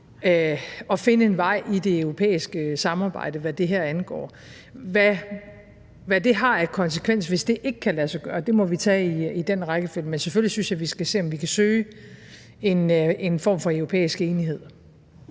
og finde en vej i det europæiske samarbejde, hvad det her angår. Hvad det har af konsekvens, hvis det ikke kan lade sig gøre, må vi tage i den rækkefølge. Men selvfølgelig synes jeg, at vi skal se, om vi kan søge en form for europæisk enighed.